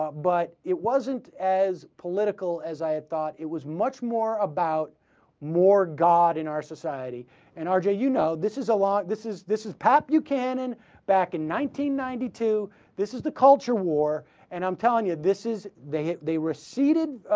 but it wasn't as political as i thought it was much more about more guard in our society and r j you know this is a lot this is this is pat buchanan back in nineteen ninety two this is the culture war and i'm telling you this is date be receiving